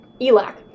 ELAC